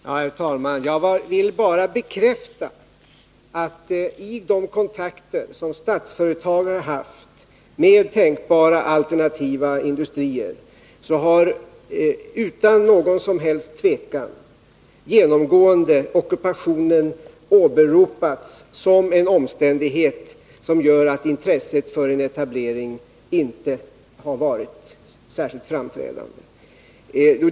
Herr talman! Jag vill bara bekräfta att vid de kontakter statsföretag har haft med tänkbara alternativa industrier har — utan någon som helst tvekan — ockupationen åberopats som en omständighet som gör att intresset för en etablering inte har varit särskilt framträdande.